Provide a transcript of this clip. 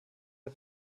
der